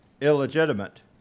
illegitimate